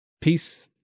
Peace